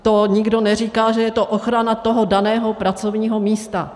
To nikdo neříká, že je to ochrana daného pracovního místa.